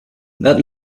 that